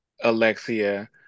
Alexia